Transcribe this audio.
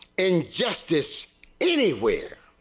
in justice anywhere,